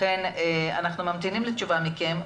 לכן אנחנו ממתינים לתשובה מכם,